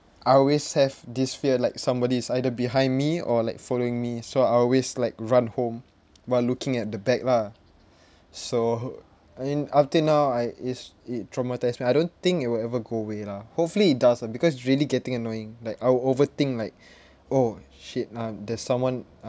I always have this fear like somebody's either behind me or like following me so I always like run home while looking at the back lah so mean until now I is it traumatised me I don't think it will ever go away lah hopefully it does ah because it's really getting annoying like I'll overthink like oh shit ah there's someone